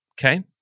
okay